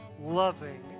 loving